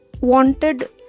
wanted